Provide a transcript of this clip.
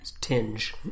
tinge